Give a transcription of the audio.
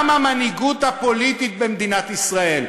גם המנהיגות הפוליטית במדינת ישראל,